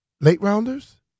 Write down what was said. late-rounders